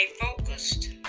focused